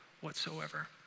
whatsoever